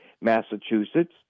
Massachusetts